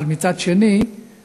אבל מצד שני,